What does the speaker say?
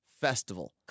Festival